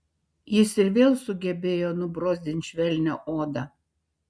jis ir vėl sugebėjo nubrozdint švelnią odą